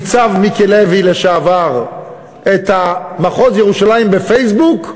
לשעבר ניצב מיקי לוי, את מחוז ירושלים בפייסבוק,